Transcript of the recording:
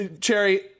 Cherry